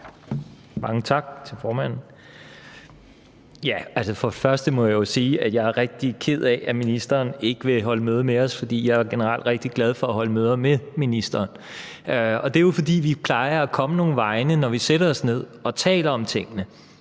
jeg jo sige, at jeg er rigtig ked af, at ministeren ikke vil holde møde med os, for jeg er generelt rigtig glad for at holde møder med ministeren. Og det er jo, fordi vi plejer at komme nogle vegne, når vi sætter os ned og taler om tingene;